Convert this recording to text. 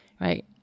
right